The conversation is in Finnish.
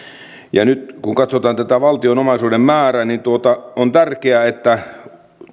nyt kun katsotaan tätä valtion omaisuuden määrää niin on tärkeää että